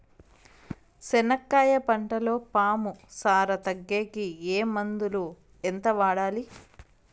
చెనక్కాయ పంటలో పాము సార తగ్గేకి ఏ మందులు? ఎంత వాడాలి?